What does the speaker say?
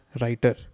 writer